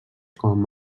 com